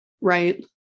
right